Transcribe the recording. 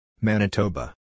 Manitoba